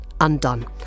undone